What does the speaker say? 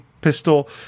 pistol